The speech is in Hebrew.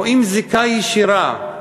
רואים זיקה ישירה.